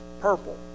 purple